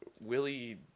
Willie